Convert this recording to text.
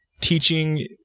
Teaching